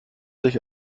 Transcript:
sich